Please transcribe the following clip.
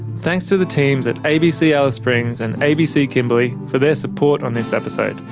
thanks to the teams at abc alice springs and abc kimberley for their support on this episode.